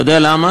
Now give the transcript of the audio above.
אתה יודע למה?